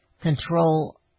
control